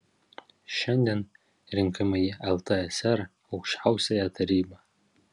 šiandien rinkimai į ltsr aukščiausiąją tarybą